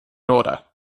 order